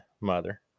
mother